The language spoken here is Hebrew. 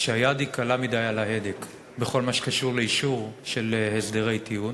שהיד קלה מדי על ההדק בכל מה שקשור לאישור הסדרי טיעון.